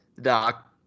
doc